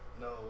no